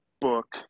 book